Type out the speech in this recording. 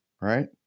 Right